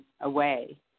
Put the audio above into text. away